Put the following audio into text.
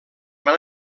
van